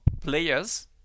players